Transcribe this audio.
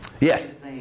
Yes